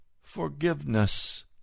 forgiveness